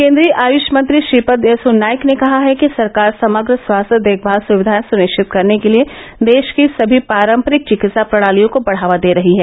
केन्द्रीय आयुष मंत्री श्रीपद यसो नाइक ने कहा है कि सरकार समग्र स्वास्थ्य देखभाल सुविधाए सुनिश्चित करने के लिए देश की समी पारम्परिक चिकित्सा प्रणालियों को बढ़ावा दे रही है